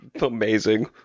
Amazing